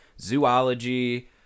zoology